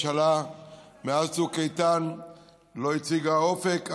מאז צוק איתן הממשלה לא הציגה אופק,